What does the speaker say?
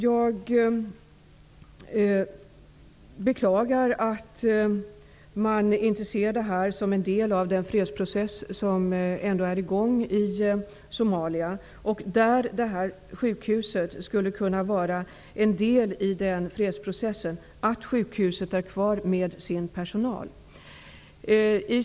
Jag beklagar att man inte ser det här som en del av den fredsprocess som ändå är i gång i Somalia, där det här sjukhuset skulle kunna vara en del av den fredsprocessen och vara kvar med sin personal.